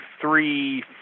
three